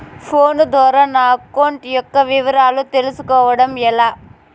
Phone ద్వారా నా account యొక్క వివరాలు తెలుస్కోవడం ఎలా?